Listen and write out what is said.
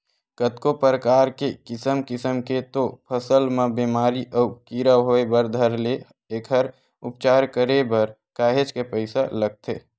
कतको परकार के किसम किसम के तो फसल म बेमारी अउ कीरा होय बर धर ले एखर उपचार करे बर काहेच के पइसा लगथे